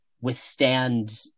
withstand